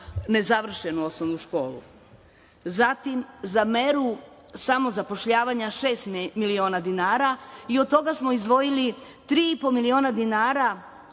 nezavršenu osnovnu školu. Zatim, za meru samozapošljavanja šest miliona dinara, i od toga smo izdvojili 3,5 miliona dinara